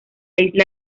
isla